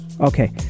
Okay